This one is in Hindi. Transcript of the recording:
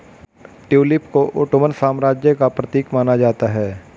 ट्यूलिप को ओटोमन साम्राज्य का प्रतीक माना जाता है